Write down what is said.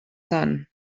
son